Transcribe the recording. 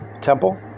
temple